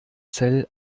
zell